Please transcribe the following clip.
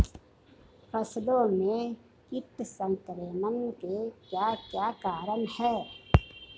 फसलों में कीट संक्रमण के क्या क्या कारण है?